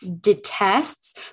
detests